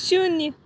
शुन्य